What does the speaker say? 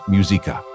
Musica